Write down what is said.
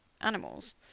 animals